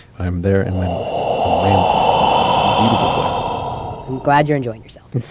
i'm there in my mind. i'm rambling. it's a beautiful place i'm glad you're enjoying yourself.